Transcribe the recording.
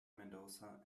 mendoza